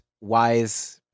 wise